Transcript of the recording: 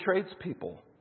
tradespeople